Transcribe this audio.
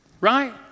Right